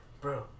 bro